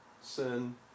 Sin